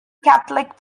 catholic